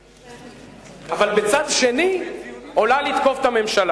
חבר'ה, אתם מקבלים